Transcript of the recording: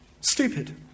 Stupid